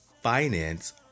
finance